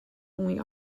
only